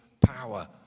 power